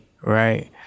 right